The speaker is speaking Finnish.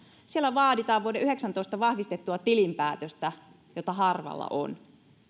siellä vaaditaan vuoden yhdeksäntoista vahvistettua tilinpäätöstä jota harvalla on